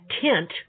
tent